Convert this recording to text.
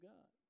God